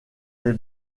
les